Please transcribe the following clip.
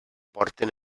porten